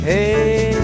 Hey